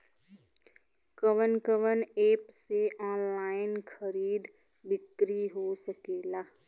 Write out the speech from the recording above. कवन कवन एप से ऑनलाइन खरीद बिक्री हो सकेला?